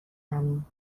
زمین